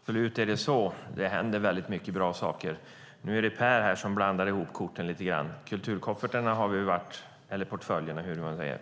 Herr talman! Absolut är det så. Det händer väldigt mycket bra saker. Nu är det Per som blandar ihop korten lite. Kulturkoffertarna - eller portföljerna -